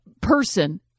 person